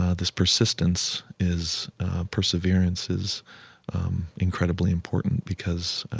ah this persistence is perseverance is incredibly important because,